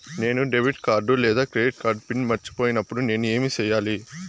నేను debit card లేదా credit card pin మర్చిపోయినప్పుడు నేను ఏమి సెయ్యాలి?